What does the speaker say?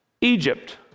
Egypt